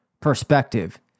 perspective